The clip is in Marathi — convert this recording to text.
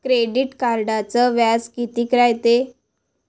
क्रेडिट कार्डचं व्याज कितीक रायते?